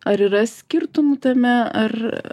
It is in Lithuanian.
ar yra skirtumų tame ar